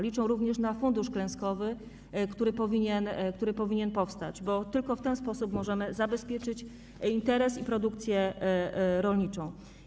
Liczą również na fundusz klęskowy, który powinien powstać, bo tylko w ten sposób możemy zabezpieczyć ich interes i produkcję rolniczą.